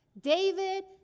David